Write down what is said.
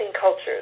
cultures